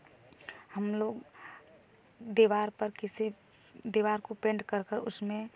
हम लोग दीवार पर किसी दीवार को पेंट कर कर उसमें